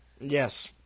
Yes